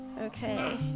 Okay